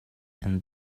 and